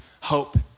hope